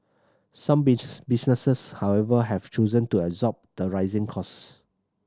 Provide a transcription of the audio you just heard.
some bees businesses however have chosen to absorb the rising cost